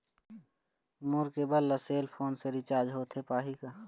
मोर cable ला cell phone से recharge होथे पाही का?